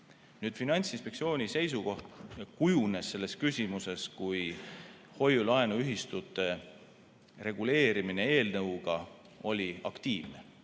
Finantsinspektsiooni seisukoht kujunes selles küsimuses, kui hoiu-laenuühistute reguleerimine eelnõuga oli aktiivne.